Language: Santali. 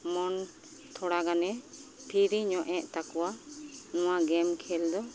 ᱢᱚᱱ ᱛᱷᱚᱲᱟᱜᱟᱱᱮ ᱯᱷᱨᱤᱧᱚᱜᱮᱫ ᱛᱟᱠᱚᱣᱟ ᱱᱚᱣᱟ ᱜᱮᱢ ᱠᱷᱮᱞᱫᱚ